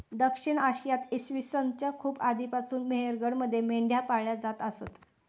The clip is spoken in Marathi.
दक्षिण आशियात इसवी सन च्या खूप आधीपासून मेहरगडमध्ये मेंढ्या पाळल्या जात असत